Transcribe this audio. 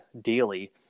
daily